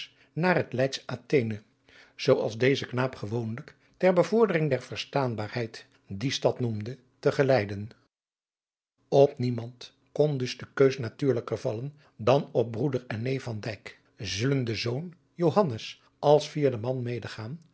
naar het leydsch athene zoo als deze knaap gewoonlijk ter bevordering der verstaanbaarheid die stad noemde te geleiden op niemand kon dus de keus natuurlijker vallen dan op broeder en neef van dijk zullende zoon johannes als vierde man medegaan